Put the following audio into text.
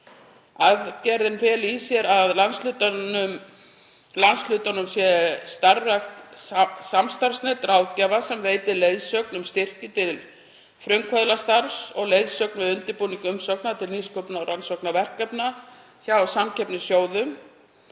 Aðgerðin feli í sér að í landshlutunum sé starfsrækt samstarfsnet ráðgjafa sem veiti leiðsögn um styrki til frumkvöðlastarfs, og leiðsögn við undirbúning umsókna til nýsköpunar- og rannsóknaverkefna hjá samkeppnissjóðum,